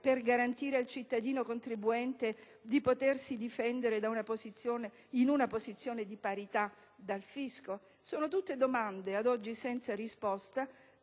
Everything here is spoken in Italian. per garantire al cittadino contribuente di potersi difendere in una posizione di parità dal fisco? Sono tutte domande ad oggi senza risposta,